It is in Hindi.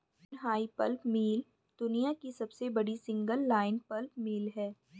जिनहाई पल्प मिल दुनिया की सबसे बड़ी सिंगल लाइन पल्प मिल है